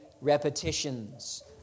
repetitions